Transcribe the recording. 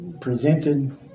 presented